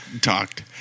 talked